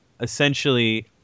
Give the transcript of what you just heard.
essentially